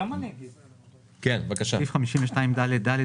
בסעיף 52ד(ד),